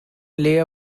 lay